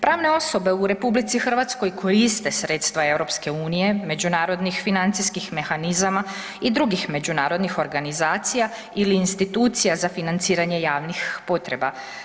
Pravne osobe u RH koriste sredstva EU međunarodnih financijskih mehanizama i drugih međunarodnih organizacija ili institucija za financiranje javnih potreba.